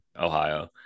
Ohio